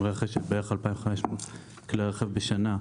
עם רכש של בערך 2,500 כלי רכב בשנה,